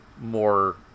more